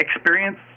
experience